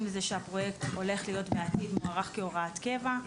לזה שהפרויקט הולך להיות מוארך בעתיד כהוראת קבע.